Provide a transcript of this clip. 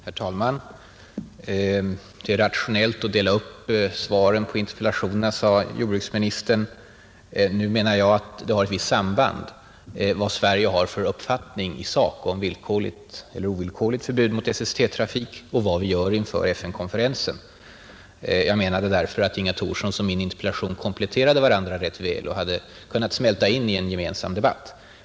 Herr talman! Det är rationellt att dela upp svaren på interpellationerna, sade jordbruksministern, Jag anser att det har ett visst samband vad Sverige har för uppfattning i sak om villkorligt eller ovillkorligt förbud mot SST-trafik och vad vi gör inför FN-konferensen. Därför tror jag att Inga Thorssons interpellation och min kompletterar varandra rätt väl och hade kunnat smälta in i en gemensam debatt.